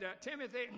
Timothy